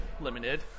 limited